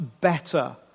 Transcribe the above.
better